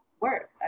work